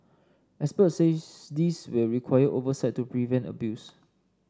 experts say this will require oversight to prevent abuse